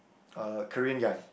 uh Korean guy